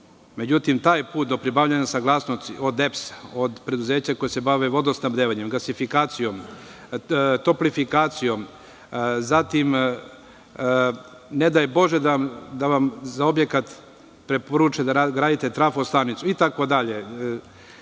Međutim, taj put do pribavljanja saglasnosti, od EPS-a, od preduzeća koja se bave vodosnabdevanjem, gasifikacijom, toplifikacijom, a ne daj bože da vam za objekat preporuče da gradite trafo-stanicu, itd,